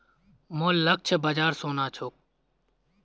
मोर लक्ष्य बाजार सोना छोक